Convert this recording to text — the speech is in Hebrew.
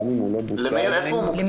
גם אם הוא לא --- עדיין, הוא שמור.